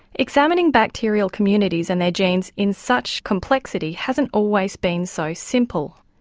examining bacterial communities and their genes in such complexity hasn't always been so simple.